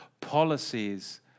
policies